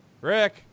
Rick